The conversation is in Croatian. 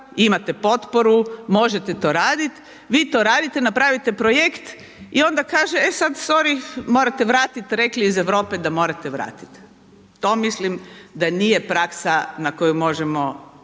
imate potporu, možete to raditi, vi to radite, napravite projekt i onda kaže e sad sorry, morate vratiti, rekli iz Europe da morate vratiti. To mislim da nije praksa na koju možemo